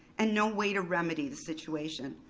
and no way to remedy the situation.